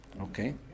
Okay